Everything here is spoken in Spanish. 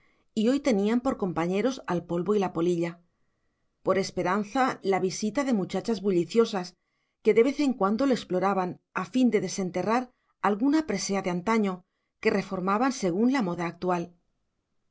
y hoy tenían por compañeros al polvo y la polilla por esperanza la visita de muchachas bulliciosas que de vez en cuando lo exploraban a fin de desenterrar alguna presea de antaño que reformaban según la moda actual